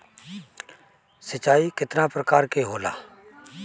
सिंचाई केतना प्रकार के होला?